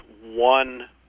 one